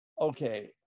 Okay